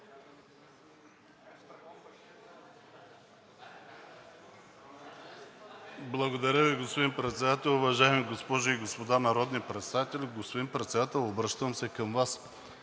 Благодаря Ви, господин Председател. Уважаеми госпожи и господа народни представители! Господин Председател, обръщам се към Вас.